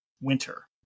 winter